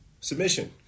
submission